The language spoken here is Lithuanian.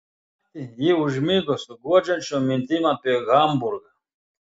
tą naktį ji užmigo su guodžiančiom mintim apie hamburgą